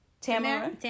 Tamara